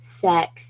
sex